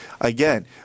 Again